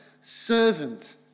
servant